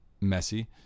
messy